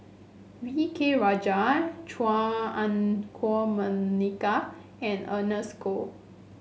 V K Rajah Chua Ah Huwa Monica and Ernest Goh